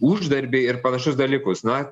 uždarbį ir panašius dalykus na